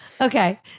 okay